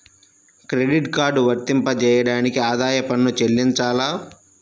Credit card వర్తింపజేయడానికి ఆదాయపు పన్ను చెల్లించాలా?